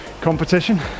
competition